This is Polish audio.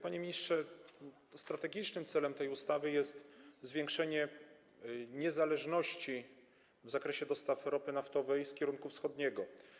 Panie ministrze, strategicznym celem tej ustawy jest zwiększenie niezależności w zakresie dostaw ropy naftowej z kierunku wschodniego.